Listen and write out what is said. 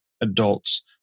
adults